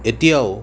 এতিয়াও